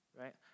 right